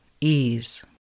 ease